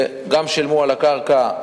גם שילמו על הקרקע,